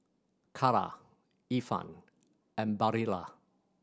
Kara Ifan and Barilla